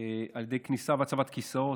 על ידי כניסה והצבת כיסאות.